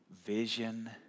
vision